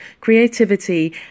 creativity